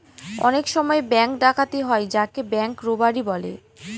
অনেক সময় ব্যাঙ্ক ডাকাতি হয় যাকে ব্যাঙ্ক রোবাড়ি বলে